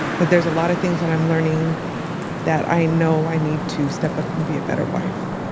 but there's a lot of things that i'm learning that i know i need to step up and be a better wife.